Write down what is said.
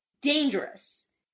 dangerous